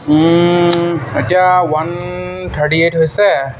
এতিয়া one thirty eight হৈছে